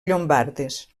llombardes